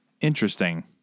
Interesting